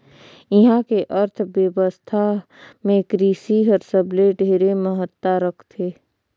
इहां के अर्थबेवस्था मे कृसि हर सबले ढेरे महत्ता रखथे